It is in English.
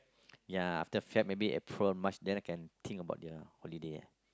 ya after Feb maybe April March then I can think about their holiday